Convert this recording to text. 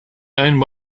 owned